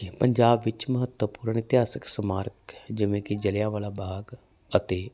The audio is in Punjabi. ਪੰਜਾਬ ਵਿੱਚ ਮਹੱਤਵਪੂਰਨ ਇਤਿਹਾਸਿਕ ਸਮਾਰਕ ਜਿਵੇਂ ਕਿ ਜਲਿਆਂਵਾਲਾ ਬਾਗ ਅਤੇ